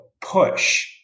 push